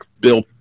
Bill